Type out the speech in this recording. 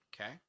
Okay